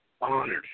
honored